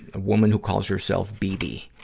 a woman who calls herself bd.